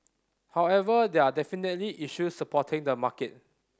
however there are definitely issues supporting the market